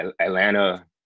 Atlanta